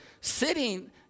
sitting